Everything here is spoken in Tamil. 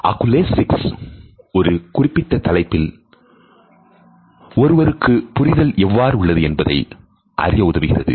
அக்குலேசிக்ஸ் ஒரு குறிப்பிட்ட தலைப்பில் ஒருவருக்கு புரிதல் எவ்வாறு உள்ளது என்பதை அறிய உதவுகிறது